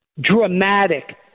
dramatic